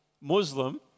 Muslim